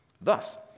Thus